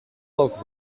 lock